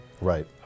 right